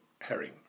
herring